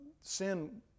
sin